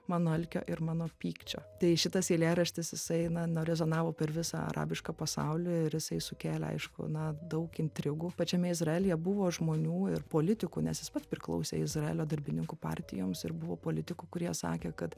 mano alkio ir mano pykčio tai šitas eilėraštis jisai eina na rezonavo per visą arabišką pasaulį ir jisai sukėlė aišku na daug intrigų pačiame izraelyje buvo žmonių ir politikų nes jis pats priklausė izraelio darbininkų partijoms ir buvo politikų kurie sakė kad